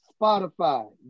Spotify